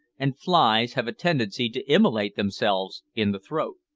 and flies have a tendency to immolate themselves in the throat.